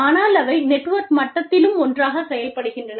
ஆனால் அவை நெட்வொர்க் மட்டத்திலும் ஒன்றாக செயல்படுகின்றன